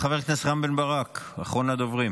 חבר הכנסת רם בן ברק, אחרון הדוברים.